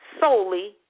solely